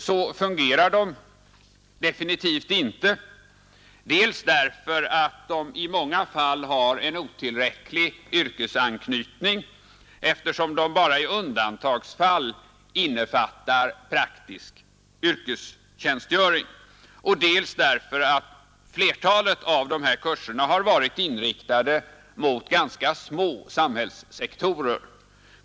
Så fungerar de definitivt inte, dels därför att de i många fall har en otillräcklig yrkesanknytning, eftersom de bara i undantagsfall innefattar praktisk yrkestjänstgöring, dels därför att flertalet av de här kurserna har varit inriktade mot ganska små samhällssektorer.